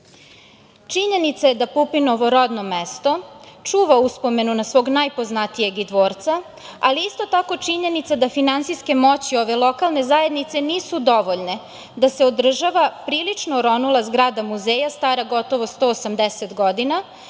otadžbini. Činjenica je da Pupinovo rodno mesto čuva uspomenu na svog najpoznatijeg Idvorca, ali isto tako činjenica da finansijske moći ove lokalne zajednice nisu dovoljne da se održava prilično oronula zgrada muzeja stara gotovo 180 godina,